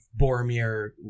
Boromir